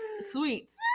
Sweets